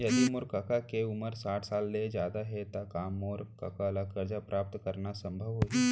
यदि मोर कका के उमर साठ साल ले जादा हे त का मोर कका ला कर्जा प्राप्त करना संभव होही